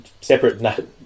separate